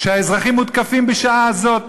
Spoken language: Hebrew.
כשהאזרחים מותקפים בשעה זאת,